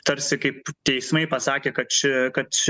tarsi kaip teismai pasakė kad ši kad ši